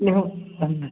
ನೀವು ಬಂದೆನಾ